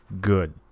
good